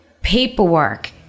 paperwork